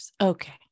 Okay